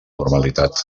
normalitat